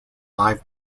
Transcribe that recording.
live